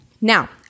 Now